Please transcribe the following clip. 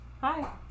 Hi